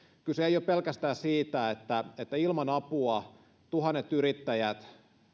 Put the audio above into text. kyse ei ole pelkästään siitä että että ilman apua tuhannet yrittäjät